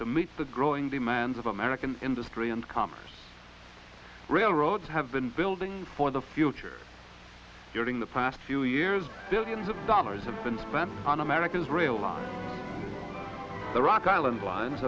to meet the growing demands of american industry and commerce railroads have been building for the future during the past few years billions of dollars have been spent on america's rail lines the rock island lines